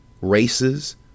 races